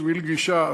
שביל גישה,